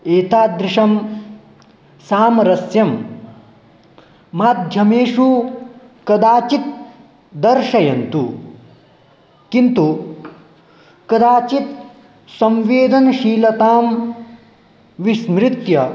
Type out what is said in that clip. एतादृशं सामरस्यं माध्यमेषु कदाचित् दर्शयन्तु किन्तु कदाचित् संवेदनशीलतां विस्मृत्य